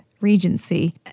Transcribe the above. Regency